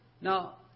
Now